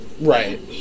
right